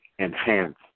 enhance